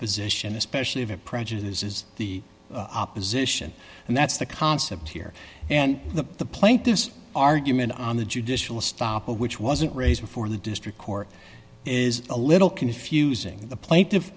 position especially if it prejudices the opposition and that's the concept here and the plank this argument on the judicial stop of which wasn't raised before the district court is a little confusing the pla